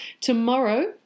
tomorrow